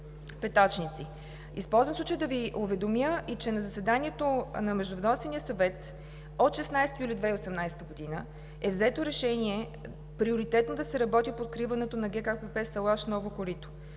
Петачинци“. Използвам случая да Ви уведомя, че на заседанието на Междуведомствения съвет от 16 юли 2018 г. е взето решение приоритетно да се работи по откриването на ГКПП „Салаш – Ново корито“.